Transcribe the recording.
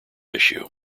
issue